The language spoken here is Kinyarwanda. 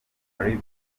ali